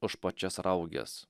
už pačias rauges